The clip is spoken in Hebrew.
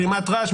גרימת רעש,